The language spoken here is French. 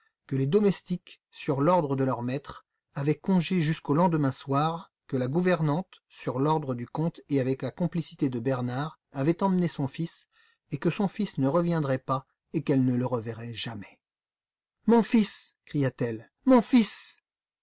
que les domestiques sur l'ordre de leur maître avaient congé jusqu'au lendemain soir que la gouvernante sur l'ordre du comte et avec la complicité de bernard avait emmené son fils et que son fils ne reviendrait pas et qu'elle ne le reverrait jamais mon fils cria-t-elle mon fils